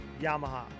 Yamaha